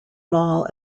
mall